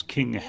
King